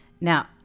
Now